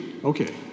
Okay